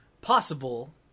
Possible